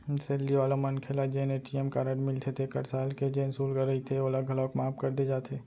salary वाला मनखे ल जेन ए.टी.एम कारड मिलथे तेखर साल के जेन सुल्क रहिथे ओला घलौक माफ कर दे जाथे